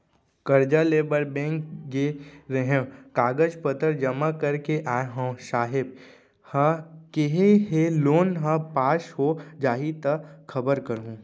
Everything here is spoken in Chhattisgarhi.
करजा लेबर बेंक गे रेहेंव, कागज पतर जमा कर के आय हँव, साहेब ह केहे हे लोन ह पास हो जाही त खबर करहूँ